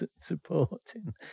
supporting